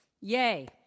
yay